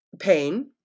Pain